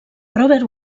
robert